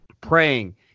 praying